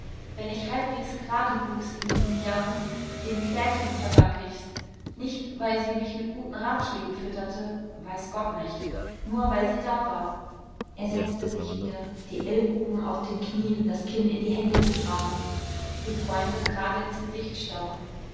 wenn ich halbwegs gerade wuchs in diesen jahren dem klärchen verdank ich's nicht weil sie mich mit guten ratschlägen fütterte weiß gott nicht nur weil sie da war er setzte sich wieder die ellbogen auf den knien das kinn in die hände gegraben dem freunde gerade ins gesicht starrend